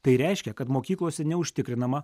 tai reiškia kad mokyklose neužtikrinama